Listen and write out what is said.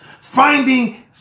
finding